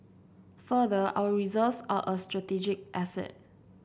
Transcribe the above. further our reserves are a strategic asset